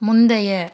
முந்தைய